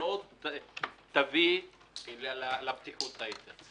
שלא תביא לפתיחות היתר.